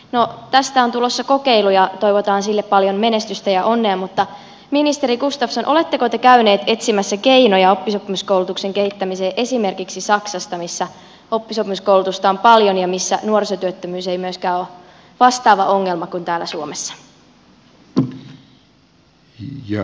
no tästä on tulossa kokeilu ja toivotaan sille paljon menestystä ja onnea mutta ministeri gustafsson oletteko te käynyt etsimässä keinoja oppisopimuskoulutuksen kehittämiseen esimerkiksi saksasta missä oppisopimuskoulutusta on paljon ja missä nuorisotyöttömyys ei myöskään ole vastaava ongelma kuin täällä suomessa